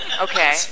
Okay